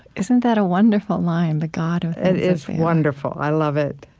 isn't that a wonderful line the god it is wonderful. i love it